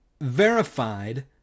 verified